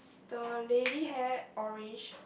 the lady hair orange